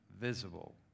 visible